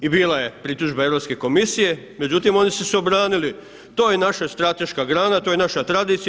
I bila je pritužba Europske komisije, međutim oni su se obranili to je naša strateška grana, to je naša tradicija.